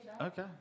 Okay